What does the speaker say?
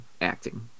acting